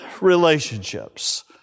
relationships